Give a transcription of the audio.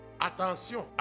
attention